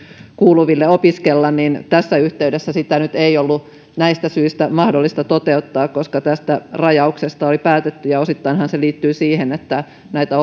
kuuluville opiskella niin tässä yhteydessä sitä nyt ei ollut näistä syistä mahdollista toteuttaa koska tästä rajauksesta oli päätetty osittainhan se liittyy siihen että näitä